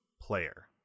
player